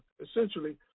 essentially